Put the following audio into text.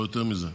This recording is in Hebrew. לא יותר מזה.